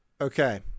Okay